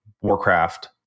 warcraft